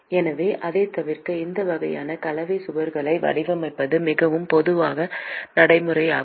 எனவே அதைத் தவிர்க்க இந்த வகையான கலவை சுவர்களை வடிவமைப்பது மிகவும் பொதுவான நடைமுறையாகும்